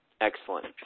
Excellent